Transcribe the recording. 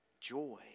joy